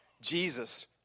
Jesus